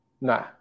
Nah